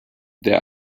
der